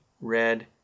red